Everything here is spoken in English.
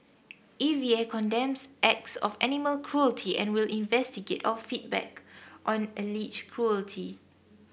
E V A condemns acts of animal cruelty and will investigate all feedback on alleged cruelty